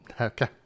Okay